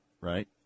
right